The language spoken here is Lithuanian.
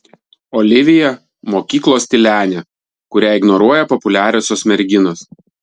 olivija mokyklos tylenė kurią ignoruoja populiariosios merginos